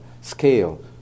scale